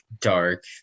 dark